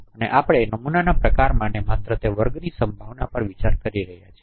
અને આપણે નમૂનાના પ્રકાર માટે માત્ર તે વર્ગની સંભાવના પર વિચાર કરી રહ્યા છીએ